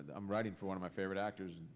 i'm writing for one of my favorite actors,